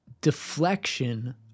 deflection